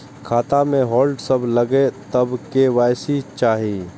खाता में होल्ड सब लगे तब के.वाई.सी चाहि?